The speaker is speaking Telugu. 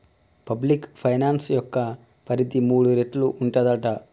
పబ్లిక్ ఫైనాన్స్ యొక్క పరిధి మూడు రేట్లు ఉంటదట